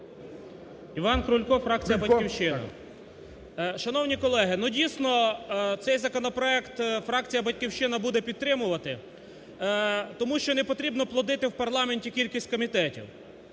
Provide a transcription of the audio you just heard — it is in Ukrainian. Іван Крулько, фракція "Батьківщина". Шановні колеги, дійсно, цей законопроект фракція "Батьківщина" буде підтримувати, тому що не потрібно плодити в парламенті кількість комітетів.